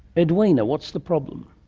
edwina, what's the problem?